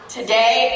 Today